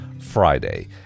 Friday